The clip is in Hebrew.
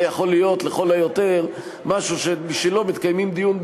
זה יכול להיות לכל היותר משהו שבשלו מקיימים דיון בוועדה,